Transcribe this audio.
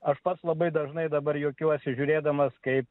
aš pats labai dažnai dabar juokiuosi žiūrėdamas kaip